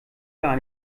gar